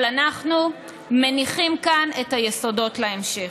אבל אנחנו מניחים כאן את היסודות להמשך.